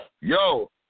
yo